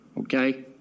Okay